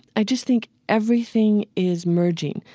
i just think everything is merging,